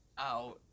out